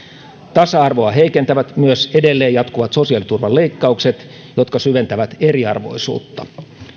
tasa arvoa heikentävät myös edelleen jatkuvat sosiaaliturvan leikkaukset jotka syventävät eriarvoisuutta